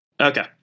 Okay